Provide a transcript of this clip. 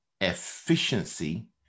efficiency